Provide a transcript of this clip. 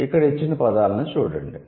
ఇక్కడ ఇచ్చిన పదాలను చూడండి